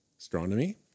Astronomy